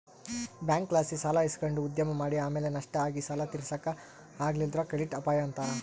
ಬ್ಯಾಂಕ್ಲಾಸಿ ಸಾಲ ಇಸಕಂಡು ಉದ್ಯಮ ಮಾಡಿ ಆಮೇಲೆ ನಷ್ಟ ಆಗಿ ಸಾಲ ತೀರ್ಸಾಕ ಆಗಲಿಲ್ಲುದ್ರ ಕ್ರೆಡಿಟ್ ಅಪಾಯ ಅಂತಾರ